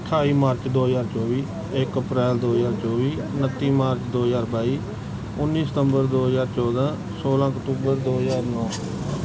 ਅਠਾਈ ਮਾਰਚ ਦੋ ਹਜ਼ਾਰ ਚੌਵੀ ਇੱਕ ਅਪ੍ਰੈਲ ਦੋ ਹਜ਼ਾਰ ਚੌਵੀ ਉਣੱਤੀ ਮਾਰਚ ਦੋ ਹਜ਼ਾਰ ਬਾਈ ਉੱਨੀ ਸਤੰਬਰ ਦੋ ਹਜ਼ਾਰ ਚੌਦਾਂ ਸੌਲਾਂ ਅਕਤੂਬਰ ਦੋ ਹਜ਼ਾਰ ਨੌਂ